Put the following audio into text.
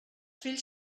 fills